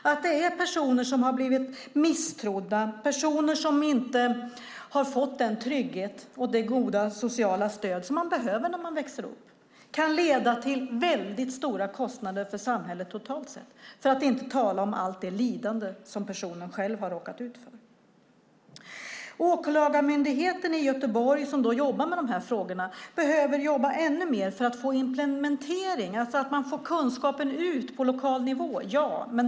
Konsekvenserna för personer som har blivit misstrodda och inte har fått den trygghet och det goda sociala stöd de behöver när de växer upp kan leda till stora kostnader för samhället totalt sett - för att inte tala om allt det lidande som personerna själva har råkat ut för. Åklagarmyndigheten i Göteborg, som jobbar med frågorna, behöver jobba ännu mer för att få ut kunskapen - implementera - på lokal nivå.